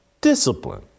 discipline